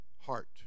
heart